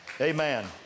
Amen